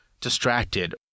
distracted